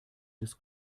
des